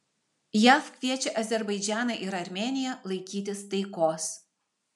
jav kviečia azerbaidžaną ir armėniją laikytis taikos